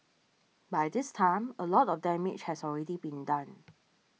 by this time a lot of damage has already been done